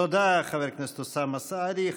תודה, חבר הכנסת אוסאמה סעדי.